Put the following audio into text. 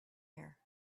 here